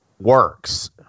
works